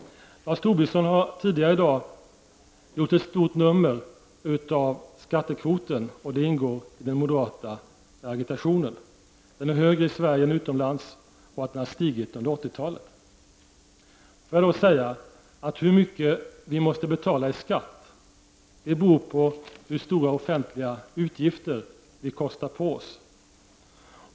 Lars Tobisson har tidigare i dag gjort ett stort nummer av skattekvoten. Det ingår i den moderata agitationen — skattekvoten är högre i Sverige än utomlands, och den har stigit under 80-talet. Får jag då säga att hur mycket vi måste betala i skatt beror på hur stora offentliga utgifter vi kostar på oss.